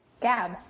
Gab